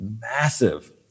massive